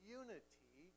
unity